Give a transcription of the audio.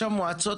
מועצות,